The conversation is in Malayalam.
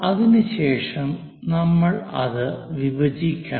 അതിനുശേഷം നമ്മൾ അത് വിഭജിക്കണം